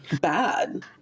bad